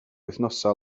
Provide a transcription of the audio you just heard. wythnosau